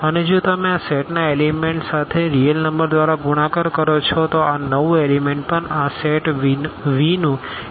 અને જો તમે આ સેટના આ એલીમેન્ટ સાથે રીઅલ નંબર દ્વારા ગુણાકાર કરો છો તો આ નવું એલીમેન્ટ પણ આ સેટ વીનું એક એલીમેન્ટછે